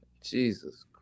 Jesus